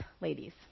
ladies